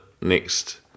next